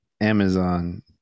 Amazon